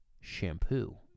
shampoo